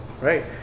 right